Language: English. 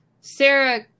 Sarah